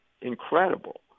incredible